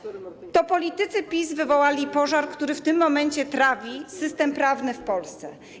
To politycy PiS wywołali pożar, który w tym momencie trawi system prawny w Polsce.